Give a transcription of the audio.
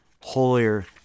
holier